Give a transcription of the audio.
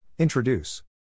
Introduce